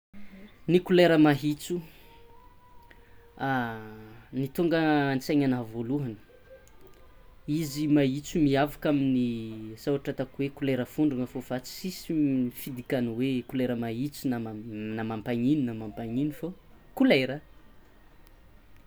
Ny kolera mahintso ny tonga antsenanah voalohany izy mahintso miavaka amin'ny kolera fondrana fô fa tsisy fidikany hoe kolera mahintso na mampanino na mampanino fô kolera.